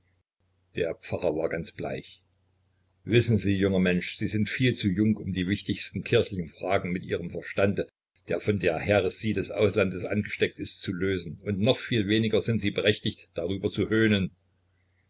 der pfarrer war ganz bleich wissen sie junger mensch sie sind viel zu jung um die wichtigsten kirchlichen fragen mit ihrem verstande der von der häresie des auslandes angesteckt ist zu lösen und noch viel weniger sind sie berechtigt darüber zu höhnen